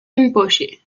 rinpoché